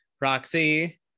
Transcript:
roxy